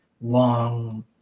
long